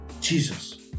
Jesus